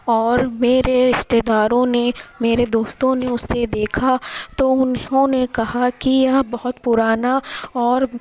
اور میرے رشتہ داروں نے میرے دوستوں نے اسے دیکھا تو انہوں نے کہا کہ یہ بہت پرانا اور